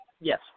Yes